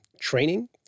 training